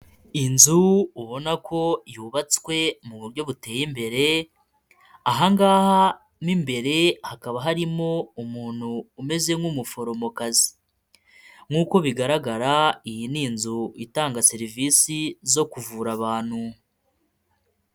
Inzu ubona ko yubatswe mu buryo buteye imbere ahangaha mu imbere hakaba harimo umuntu umeze nk'umuforomokazi nk'uko bigaragara iyi ni inzu itanga serivisi zo kuvura abantu.